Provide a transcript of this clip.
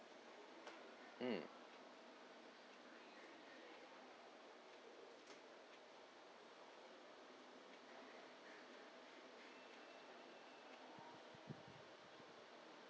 mm